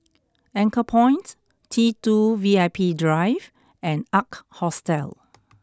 Anchorpoint T two V I P Drive and Ark Hostel